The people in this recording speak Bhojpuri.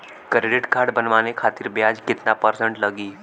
क्रेडिट कार्ड बनवाने खातिर ब्याज कितना परसेंट लगी?